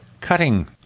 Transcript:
cutting